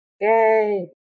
Yay